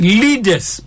leaders